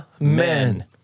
Amen